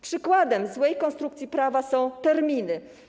Przykładem złej konstrukcji prawa są terminy.